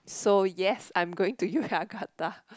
so yes I'm going to Yogyakarta